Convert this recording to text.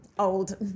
old